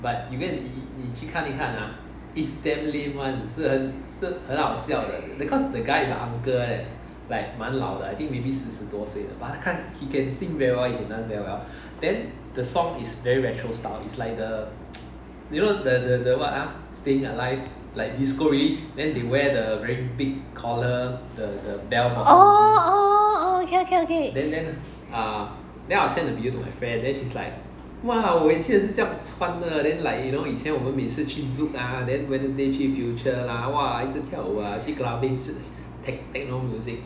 oh oh oh okay okay okay